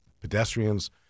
pedestrians